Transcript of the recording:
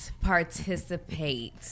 participate